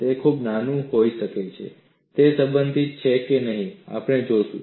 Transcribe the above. તે ખૂબ નાનું હોઈ શકે છે તે સંબંધિત છે કે નહીં આપણે જોશું